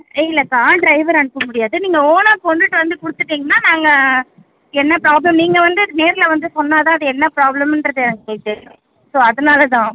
இல்லை car driver அனுப்ப முடியாது நீங்கள் ஓனாக கொண்டுகிட்டு வந்து கொடுத்துட்டீங்கன்னா நாங்கள் என்ன ப்ராப்ளம் நீங்கள் வந்து நேரில் வந்து சொன்னால்தான் அது என்ன ப்ராப்ளம்ங்றது எங்களுக்கு தெரியும் ஸோ அதனால்தான்